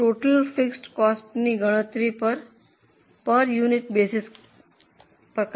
પછી total fixed કોસ્ટની ગણતરી પર યુનિટ બેસીસ પર કરી શકાય છે